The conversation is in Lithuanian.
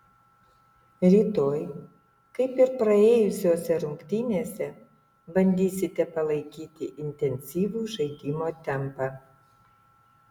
rytoj kaip ir praėjusiose rungtynėse bandysite palaikyti intensyvų žaidimo tempą